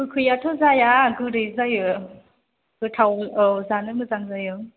गोखैयाथ' जाया गोदै जायो गोथाव औ जानो मोजां जायो